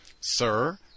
sir